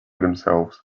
themselves